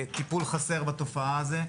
טיפול חסר בתופעה הזאת.